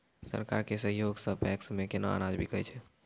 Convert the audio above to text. सरकार के सहयोग सऽ पैक्स मे केना अनाज बिकै छै?